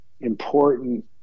important –